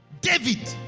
David